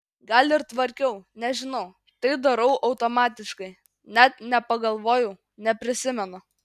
gal ir tvarkiau nežinau tai darau automatiškai net nepagalvoju neprisimenu